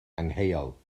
angheuol